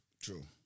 True